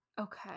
Okay